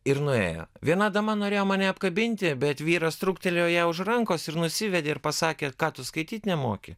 ir nuėjo viena dama norėjo mane apkabinti bet vyras trūktelėjo ją už rankos ir nusivedė ir pasakė ką tu skaityt nemoki